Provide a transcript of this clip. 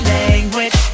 language